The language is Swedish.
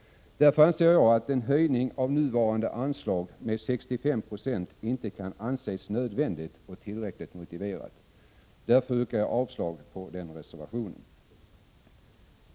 Därför anser jag att en höjning av nuvarande anslag med 65 90 inte kan anses tillräckligt motiverad, och därför yrkar jag avslag på reservationen.